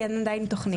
כי אין עדיין תוכנית.